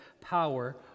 power